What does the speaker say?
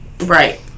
Right